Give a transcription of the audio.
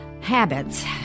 Habits